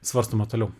svarstoma toliau